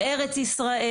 של ארץ ישראל,